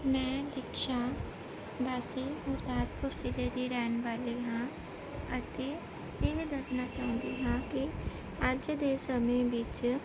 ਮੈਂ ਦਿਕਸ਼ਾ ਵਾਸੀ ਗੁਰਦਾਸਪੁਰ ਜ਼ਿਲ੍ਹੇ ਦੀ ਰਹਿਣ ਵਾਲੀ ਹਾਂ ਅਤੇ ਇਹ ਦੱਸਣਾ ਚਾਹੁੰਦੀ ਹਾਂ ਕਿ ਅੱਜ ਦੇ ਸਮੇਂ ਵਿੱਚ